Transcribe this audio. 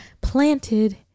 planted